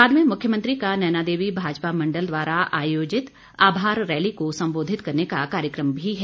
बाद में मुख्यमंत्री का नैना देवी भाजपा मंडल द्वारा आयोजित आभार रैली को संबोधित करने का कार्यक्रम भी है